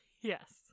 Yes